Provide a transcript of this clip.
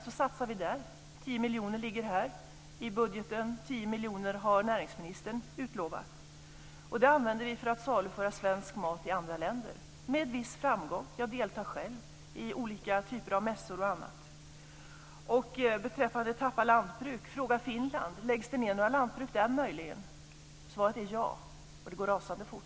Vi satsar 10 miljoner på exportmarknaden, det har näringsministern utlovat. Det ska användas för att saluföra svensk mat i andra länder och detta sker med en viss framgång. Jag deltar själv i olika typer av mässor och annat. Beträffande tappade lantbruk, hur är det i Finland? Läggs det möjligen ned några lantbruk där? Svaret är ja, och det går rasande fort.